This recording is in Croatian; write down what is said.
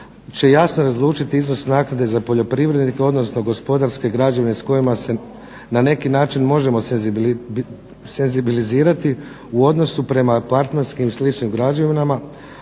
će jasno razlučiti iznos naknade za poljoprivrednike, odnosno gospodarske građevine. S kojima se na neki način možemo senzibilizirati u odnosu prema partnerskim i sličnim građevinama.